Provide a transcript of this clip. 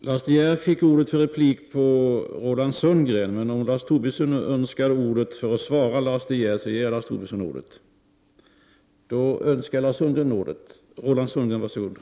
Lars De Geer fick ordet för replik på Roland Sundgrens anförande, men om Lars Tobisson nu önskar ordet för att svara Lars De Geer så ger jag Lars Tobisson ordet. Eftersom Lars Tobisson inte tycks önska det, ger jag nu ordet till Roland Sundgren.